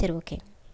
சரி ஓகே